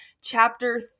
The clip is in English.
chapter